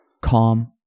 calm